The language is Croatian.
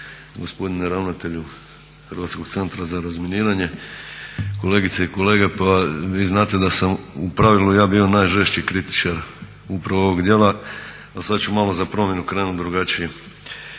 gospodine ravnatelju Hrvatskog centra za razminiranje, kolegice i kolege. Pa vi znate da sam u pravilu ja bio najžešći kritičar upravo ovog djela, a sad ću malo za promjenu krenut drugačije.